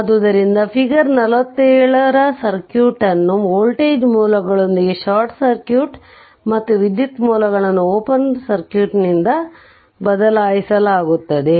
ಆದ್ದರಿಂದ figure 47 circuit ಅನ್ನು voltage ಮೂಲಗಳೊಂದಿಗೆ ಶಾರ್ಟ್ ಸರ್ಕ್ಯೂಟ್ ಮತ್ತು ವಿದ್ಯುತ್ ಮೂಲಗಳನ್ನು ಓಪನ್ ಸರ್ಕ್ಯೂಟ್ನಿಂದ ಬದಲಾಯಿಸಲಾಗುತ್ತದೆ